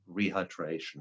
rehydration